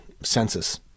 census